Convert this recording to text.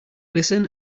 listen